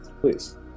please